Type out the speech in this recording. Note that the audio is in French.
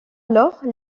alors